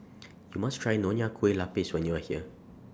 YOU must Try Nonya Kueh Lapis when YOU Are here